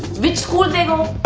which school they go?